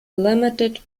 limited